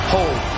Hold